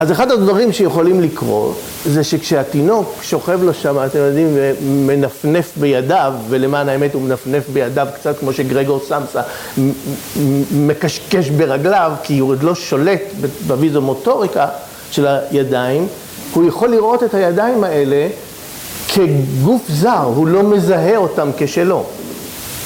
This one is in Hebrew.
אז אחד הדברים שיכולים לקרות, זה שכשהתינוק שוכב לו שמה, אתם יודעים, ומנפנף בידיו, ולמען האמת הוא מנפנף בידיו קצת כמו שגרגור סמסה מקשקש ברגליו, כי הוא עד לא שולט בויזומוטוריקה של הידיים, הוא יכול לראות את הידיים האלה כגוף זר, הוא לא מזהה אותם כשלו